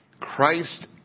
Christ